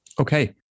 Okay